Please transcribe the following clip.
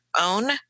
own